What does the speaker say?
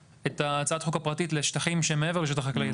הצעת החוק הפרטית לשטחים שהם מעבר לשטח חקלאי.